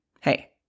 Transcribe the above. hey